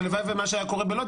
הלוואי ומה שהיה קורה בלוד,